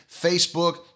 Facebook